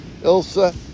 Ilsa